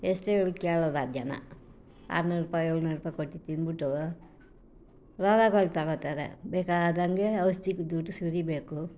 ಎಷ್ಟು ಹೇಳಿದ್ರೂ ಕೇಳೋಲ್ಲ ಜನ ಆರುನೂರು ರೂಪಾಯಿ ಏಳುನೂರು ರೂಪಾಯಿ ಕೊಟ್ಟು ತಿಂದ್ಬಿಟ್ಟು ರೋಗಗಳು ತಗೊಳ್ತಾರೆ ಬೇಕಾದಂತೆ ಔಷ್ಧಿಗೆ ದುಡ್ಡು ಸುರಿಬೇಕು